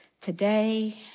today